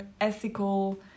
ethical